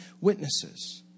witnesses